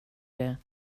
det